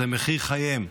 זה מחיר חייהם.